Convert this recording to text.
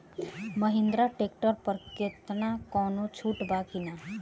Mahindra tractor पर केतना कौनो छूट बा कि ना?